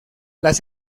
las